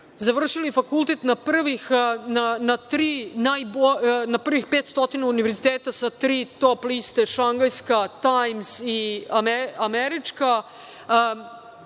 završili fakultet na prvih 500 univerziteta sa tri top liste – Šangajska, Tajms i Američka,